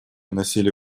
носили